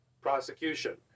prosecution